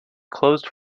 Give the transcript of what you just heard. closed